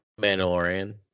Mandalorian